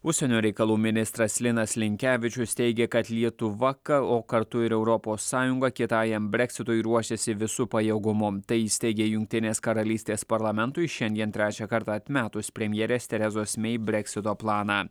užsienio reikalų ministras linas linkevičius teigė kad lietuva ką o kartu ir europos sąjunga kietajam breksitui ruošiasi visu pajėgumu tai įsteigė jungtinės karalystės parlamentui šiandien trečią kartą atmetus premjerės terezos mei breksito planą